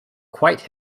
quite